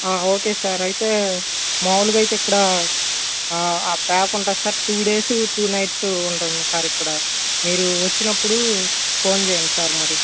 okay sir అయితే మాములుగా అయితే ఇక్కడ ప్యాక్ ఉంటుంది sir two days two nights ఉంటుంది సార్ ఇక్కడ మీరు వచ్చినపుడు ఫోన్ చేయండి సార్ మరి